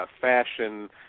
fashion